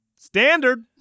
Standard